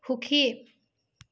সুখী